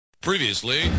previously